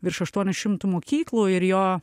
virš aštuonių šimtų mokyklų ir jo